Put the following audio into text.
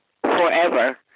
forever